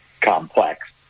complex